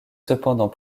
cependant